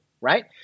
right